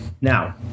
now